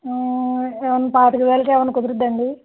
ఏమైనా పాతిక వేలకేమైనా కుదురుతుందా అండీ